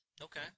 Okay